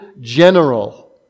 general